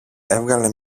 έβγαλε